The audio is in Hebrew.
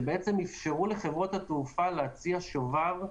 שאפשרו לחברות התעופה להציע שובר,